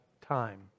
time